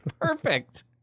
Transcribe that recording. perfect